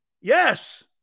Yes